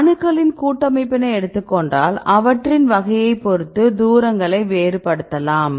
அணுக்களின் கூட்டமைப்பினை எடுத்துக்கொண்டால் அவற்றின் வகையைப் பொருத்து தூரங்களை வேறுபடுத்தலாம்